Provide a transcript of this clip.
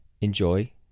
Enjoy